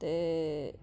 ते